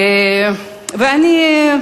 ואני,